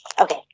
Okay